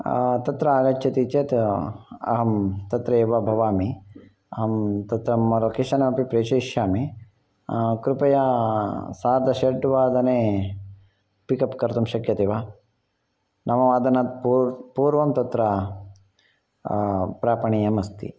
तत्र आगच्छति चेत् अहं तत्रैव भवामि अहं तत्र मम लोकेशन् अपि प्रेषयिष्यामि कृपया सार्धषड्वादने पिकप् कर्तुं शक्यते वा नववादनात् पूर्व पूर्वं तत्र प्रापणीयमस्ति